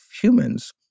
humans